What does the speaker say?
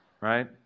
Right